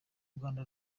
rwanda